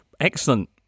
excellent